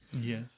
Yes